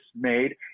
made